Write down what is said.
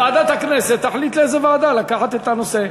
וועדת הכנסת תחליט לאיזה ועדה לקחת את הנושא.